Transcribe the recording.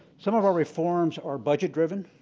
some of our reforms are budget driven.